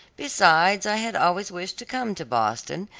besides i had always wished to come to boston,